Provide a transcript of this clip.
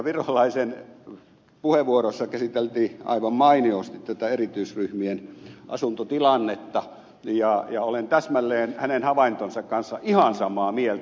virolaisen puheenvuorossa käsiteltiin aivan mainiosti tätä erityisryhmien asuntotilannetta ja olen täsmälleen hänen havaintonsa kanssa ihan samaa mieltä